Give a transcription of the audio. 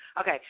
Okay